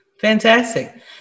Fantastic